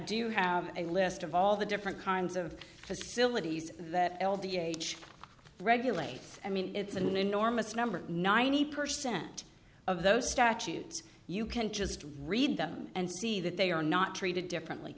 you have a list of all the different kinds of facilities that l d h regulates i mean it's an enormous number ninety percent of those statutes you can just read them and see that they are not treated differently